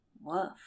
woof